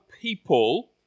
people